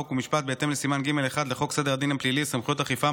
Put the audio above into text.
חוק ומשפט בהתאם לסימן ג'1 לחוק סדר הדין הפלילי (סמכויות אכיפה,